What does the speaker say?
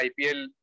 IPL